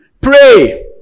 Pray